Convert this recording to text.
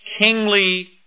kingly